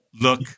look